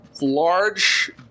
large